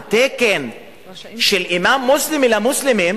בתקן של אימאם מוסלמי למוסלמים,